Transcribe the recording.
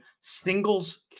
singles